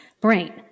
brain